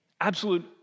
absolute